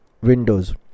Windows